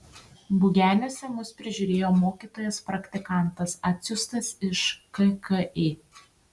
bugeniuose mus prižiūrėjo mokytojas praktikantas atsiųstas iš kki